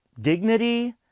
dignity